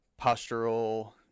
postural